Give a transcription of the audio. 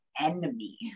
enemy